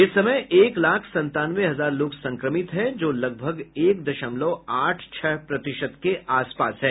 इस समय एक लाख संतानवें हजार लोग संक्रमित हैं जो लगभग एक दशमलव आठ छह प्रतिशत के आसपास है